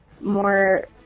more